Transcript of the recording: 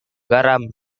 garam